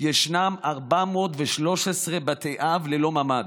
ישנם 413 בתי אב ללא ממ"ד,